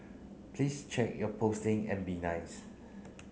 please check your posting and be nice